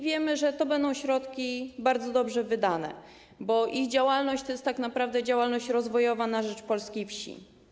Wiemy, że te środki będą bardzo dobrze wydane, bo ich działalność jest tak naprawdę działalnością rozwojową na rzecz polskiej wsi.